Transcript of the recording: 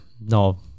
No